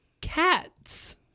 Cats